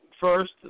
first